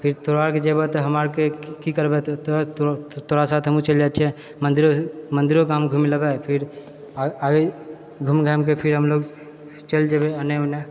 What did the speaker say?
फिर तोरा आरके जेबहो तऽ हमरा आरके कि करबै तऽ तऽ तोरा साथ हमहुँ चलि जाइत छियै मन्दिर मन्दिरो गाम घुमि लेबै फिर आ आगे घुमि घामिकऽ फिर हमलोग चलि जेबै एने ओने